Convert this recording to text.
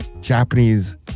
Japanese